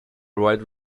wide